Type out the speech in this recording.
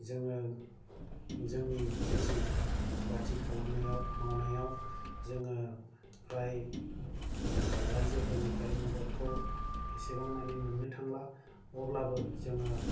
जोङो जोंनि खेति बाति खालामनायाव मावनायाव जोङो प्राय रायजोफोरनिफ्राय मददखौ एसेबां मानि मोननो थांला अब्लाबो जोङो